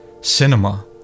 cinema